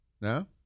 No